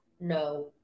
no